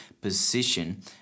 position